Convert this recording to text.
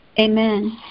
Amen